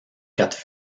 quatre